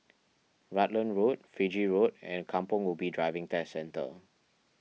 Rutland Road Fiji Road and Kampong Ubi Driving Test Centre